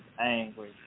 angry